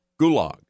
Gulag